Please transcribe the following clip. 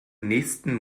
nächsten